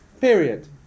period